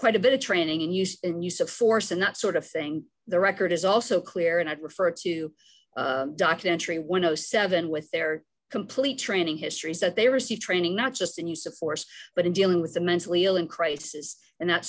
quite a bit of training in used and use of force and that sort of thing the record is also clear and i prefer to documentary windows seven with their complete training histories that they receive training not just in use of force but in dealing with the mentally ill in crisis and that